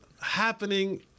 happening